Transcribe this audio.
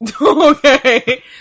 Okay